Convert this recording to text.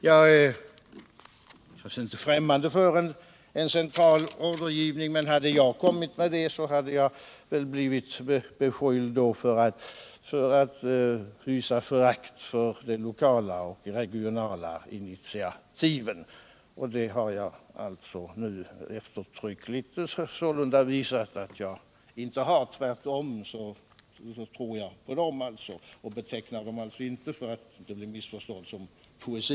Jag är naturligtvis inte främmande för central ordergivning, men om jag hade framfört en sådan tanke skulle jag väl ha blivit beskylld för ati hysa förakt för de lokala och regionala initiativen. Det har jag alltså nu eftertryckligt visat att jag inte hyser. Tvärtom tror jag på sådana initiativ. Jag vill också för att undvika missförstånd säga att jag inte betecknar dem som poesi,